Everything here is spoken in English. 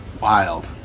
Wild